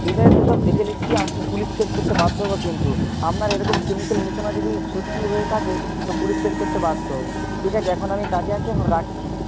ঠিক আছে সেসব দেখে নিচ্ছি আমি পুলিশ কেস করতে বাধ্য হবো কিন্তু আপনার এরকম কেমিকেল মেশানো যদি সত্যি হয়ে থাকে তো পুলিশ কেস করতে বাধ্য হবো ঠিক আছে এখন আমি কাজে আছি এখন রাখছি